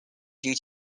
due